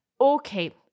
Okay